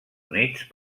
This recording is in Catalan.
units